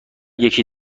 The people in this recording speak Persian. یکی